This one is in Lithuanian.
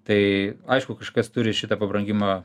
tai aišku kažkas turi šitą pabrangimą